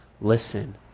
listen